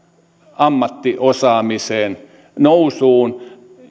ammattiosaamisen nousuun